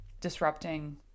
disrupting